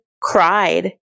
cried